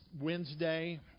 Wednesday